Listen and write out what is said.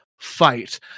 fight